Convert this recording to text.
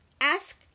ask